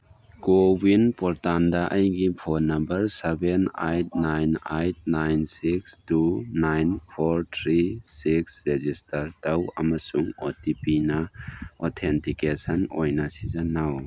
CoWIN ꯄꯣꯔꯇꯥꯟꯗ ꯑꯩꯒꯤ phone number seven eight nine eight nine six two nine four three six register ꯇꯧ ꯑꯃꯁꯨꯡ O T ꯄꯤꯅ authentication ꯑꯣꯏꯅ ꯁꯤꯖꯤꯟꯅꯧ